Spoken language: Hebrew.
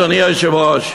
אדוני היושב-ראש,